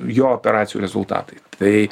jo operacijų rezultatai tai